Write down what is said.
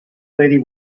lady